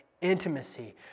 intimacy